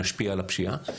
נשפיע על הפשיעה.